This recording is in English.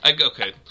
Okay